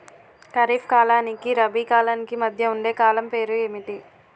ఖరిఫ్ కాలానికి రబీ కాలానికి మధ్య ఉండే కాలం పేరు ఏమిటి?